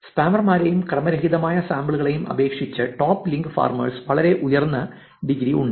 സ്പാമർമാരെയും ക്രമരഹിതമായ സാമ്പിളുകളെയും അപേക്ഷിച്ച് ടോപ്പ് ലിങ്ക് ഫാർമേഴ്സ് വളരെ ഉയർന്ന ഡിഗ്രി ഉണ്ട്